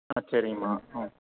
ஆ சரிங்கம்மா ம்